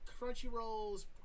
Crunchyroll's